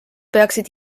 peaksid